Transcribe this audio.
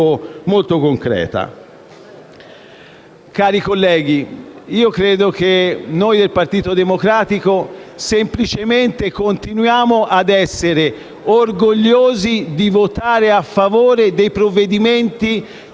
molto concreta. Cari colleghi, noi del Partito Democratico continuiamo ad essere orgogliosi di votare a favore dei provvedimenti